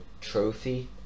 trophy